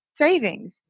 Savings